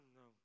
no